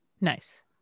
nice